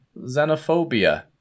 Xenophobia